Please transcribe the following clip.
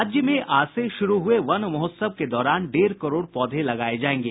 राज्य में आज से शुरू हुए वन महोत्सव के दौरान डेढ़ करोड़ पौधे लगाये जायेंगे